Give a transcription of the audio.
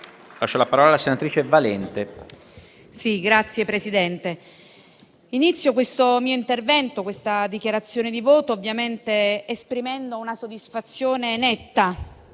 inizio questo mio intervento in dichiarazione di voto esprimendo una soddisfazione netta,